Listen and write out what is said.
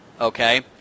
okay